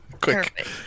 Quick